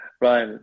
Right